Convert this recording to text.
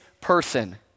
person